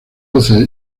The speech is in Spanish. doce